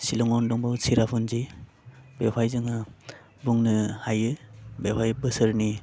सिलङाव दं चेरापुन्जि बेवहाय जोङो बुंनो हायो बेवहाय बोसोरनि